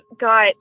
got